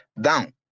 down